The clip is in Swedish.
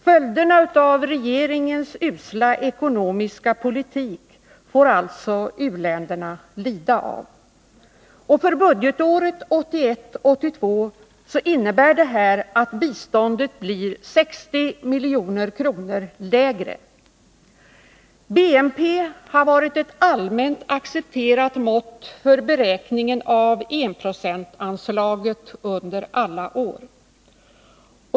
Följderna av regeringens usla ekonomiska politik får alltså u-länderna lida av. För budgetåret 1981/82 innebär det att biståndet blir 60 milj.kr. lägre. BNP har varit ett allmänt accepterat mått för beräkningen av enprocentsanslaget under alla år.